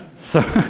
so